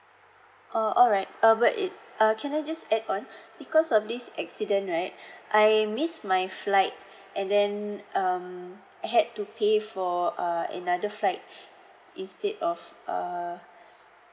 oh alright um but it err can I just add on because of this accident right I missed my flight and then um I had to pay for err another flight instead of err